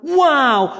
wow